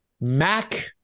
Mac